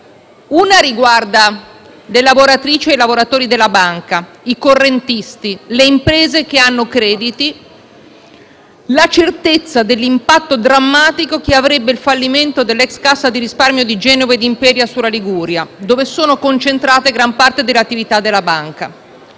una riguarda le lavoratrici e i lavoratori della banca, i correntisti, le imprese che hanno crediti e la certezza dell'impatto drammatico che avrebbe il fallimento dell'*ex* Cassa di risparmio di Genova e Imperia sulla Liguria, dove è concentrata gran parte dell'attività della banca.